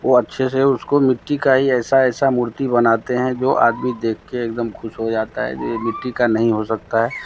ओ अच्छे से उसको मिट्टी का ही ऐसा ऐसा मूर्ति बनाते हैं जो आदमी देखके एकदम खुश हो जाता है जो ये मिट्टी का नहीं हो सकता है